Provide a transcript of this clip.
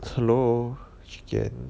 hello chee ken